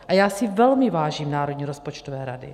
A já si velmi vážím Národní rozpočtové rady.